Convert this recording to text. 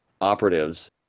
operatives